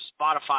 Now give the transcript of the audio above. Spotify